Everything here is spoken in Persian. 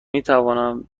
میتوانم